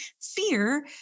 Fear